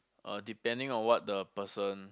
uh depending on what the person